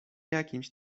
jakimś